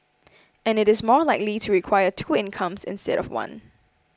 and it is more likely to require two incomes instead of one